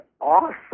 awesome